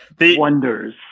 wonders